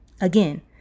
Again